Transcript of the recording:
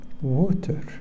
Water